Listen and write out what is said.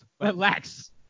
Relax